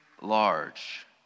large